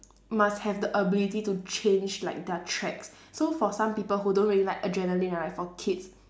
must have the ability to change like their tracks so for some people who don't really like adrenaline right for kids